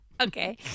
Okay